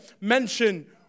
mention